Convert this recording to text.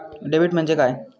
Debit म्हणजे काय?